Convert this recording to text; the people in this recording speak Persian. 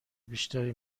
بیشتری